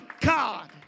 God